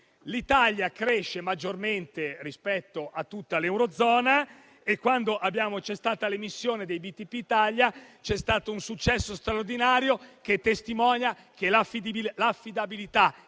l'Italia cresce maggiormente rispetto a tutta l'eurozona e quando c'è stata l'emissione dei BTP Italia c'è stato un successo straordinario che testimonia che l'affidabilità